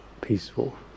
peaceful